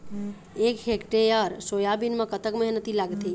एक hectare soybean म कतक मेहनती लागथे?